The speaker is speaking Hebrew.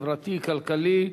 החברתי והכלכלי.